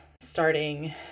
starting